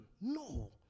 No